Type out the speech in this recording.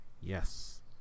Yes